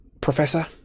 professor